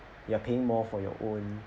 you're paying more for your own